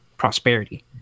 prosperity